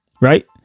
Right